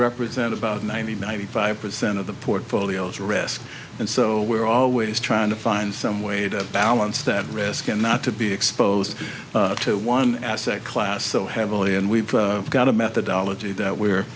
represent about ninety ninety five percent of the portfolio is risky and so we're always trying to find some way to balance that risk and not to be exposed to one asset class so heavily and we've got a methodology that we're